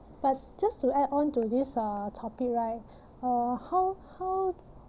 but just to add on to this uh topic right uh how how